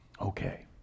Okay